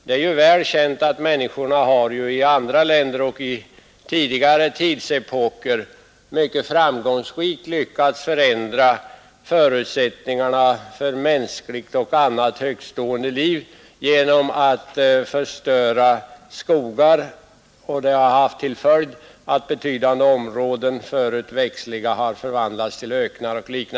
Det är väl känt att människor i andra länder och under tidigare tidsepoker mycket framgångsrikt har lyckats förändra förutsättningarna för mänskligt och annat högtstående liv genom att förstöra skogar, vilket har haft till följd att betydande förut bevuxna områden har förvandlats till öknar.